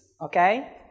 okay